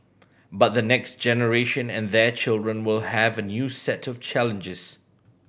but the next generation and their children will have a new set of challenges